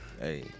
hey